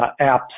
apps